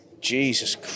Jesus